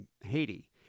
Haiti